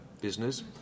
business